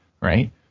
right